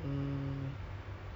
so